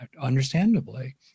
understandably